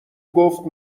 گفت